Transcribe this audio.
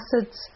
acids